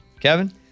Kevin